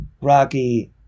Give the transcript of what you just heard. Rocky